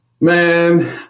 Man